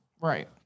Right